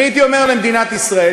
הייתי אומר למדינת ישראל,